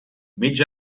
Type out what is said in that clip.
mig